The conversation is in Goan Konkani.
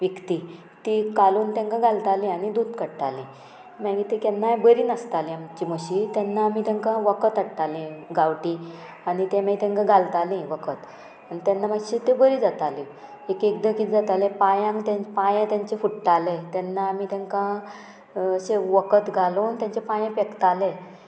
विकती तीं कालोवन तेंकां घालतालीं आनी दूद काडटालीं मागीर तें केन्नाय बरी नासतालीं आमची म्हशी तेन्ना आमी तेंकां वखद हाडटाली गांवठी आनी तें मागीर तेंकां घालताली वखद आनी तेन्ना मातशें त्यो बरी जाताल्यो एक एकदां किदें जातालें पांयांक तें पांयें तेंचें फुट्टालें तेन्ना आमी तेंकां अशें वखद घालून तेंचें पांय पेकताले